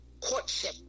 courtship